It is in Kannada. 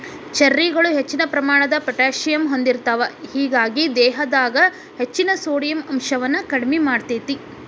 ಚೆರ್ರಿಗಳು ಹೆಚ್ಚಿನ ಪ್ರಮಾಣದ ಪೊಟ್ಯಾಸಿಯಮ್ ಹೊಂದಿರ್ತಾವ, ಹೇಗಾಗಿ ದೇಹದಾಗ ಹೆಚ್ಚಿನ ಸೋಡಿಯಂ ಅಂಶವನ್ನ ಕಡಿಮಿ ಮಾಡ್ತೆತಿ